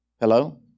Hello